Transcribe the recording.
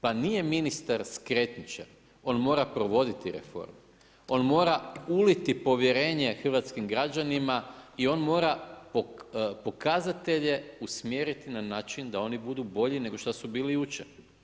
Pa nije ministar skretničar, on mora provoditi reforme, on mora uliti povjerenje hrvatskim građanima i on mora pokazatelje usmjeriti na način da oni budu bolji, nego što su bili jučer.